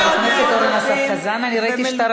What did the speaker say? אנחנו פעם אחרי פעם נשמע כאן את הנאומים המאוד-מאוד יפים,